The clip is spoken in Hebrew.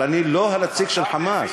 אבל אני לא הנציג של "חמאס".